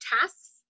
tasks